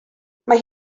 mae